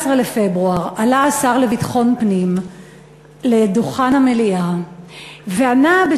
בפברואר עלה השר לביטחון פנים לדוכן המליאה וענה,